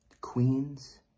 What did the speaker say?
queens